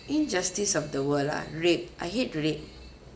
injustice of the world lah rape I hate rape